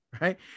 right